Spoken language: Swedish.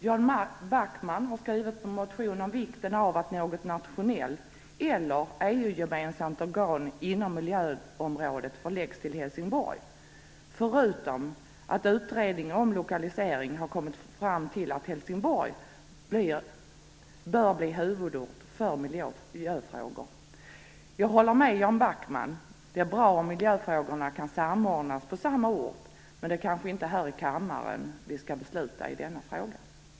Jan Backman har skrivit en motion om vikten av att något nationellt eller EU-gemensamt organ inom miljöområdet förläggs till Helsingborg och dessutom att utredningen om lokalisering har kommit fram till att Helsingborg bör bli huvudort för miljöfrågor. Jag håller med Jan Backman om att det är bra om miljöfrågorna kan samordnas på samma ort, men det kanske inte är här i kammaren vi skall besluta om den frågan.